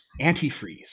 antifreeze